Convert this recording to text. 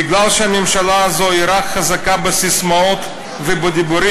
מפני שהממשלה הזו היא חזקה רק בססמאות ובדיבורים,